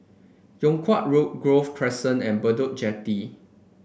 Yung Kuang Road Grove Crescent and Bedok Jetty